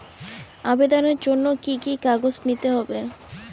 আবেদনের জন্য কি কি কাগজ নিতে হবে?